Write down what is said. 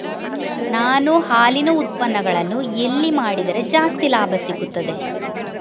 ನಾನು ಹಾಲಿನ ಉತ್ಪನ್ನಗಳನ್ನು ಎಲ್ಲಿ ಮಾರಿದರೆ ಜಾಸ್ತಿ ಲಾಭ ಸಿಗುತ್ತದೆ?